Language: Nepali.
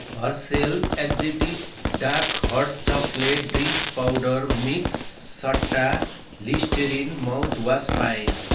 Hershey's exotic dark hot chocolate drinks powder mix सट्टा लिस्टरिन माउथवास पाएँ